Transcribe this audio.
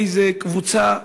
מאיזו קבוצה.